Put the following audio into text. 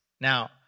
Now